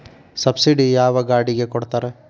Subsidy ಯಾವ ಗಾಡಿಗೆ ಕೊಡ್ತಾರ?